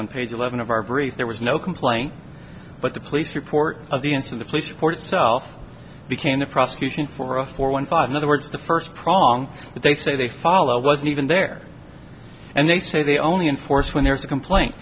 on page eleven of our brief there was no complaint but the police report of the ins and the police report itself became the prosecution for a four one five other words the first prong that they say they follow wasn't even there and they say they only enforced when there's a complaint